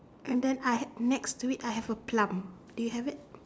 and then I next to it I have a plump